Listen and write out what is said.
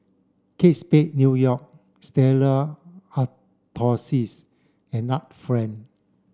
Kate Spade New York Stella Artois and Art Friend